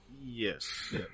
Yes